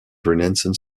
renaissance